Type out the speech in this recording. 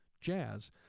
jazz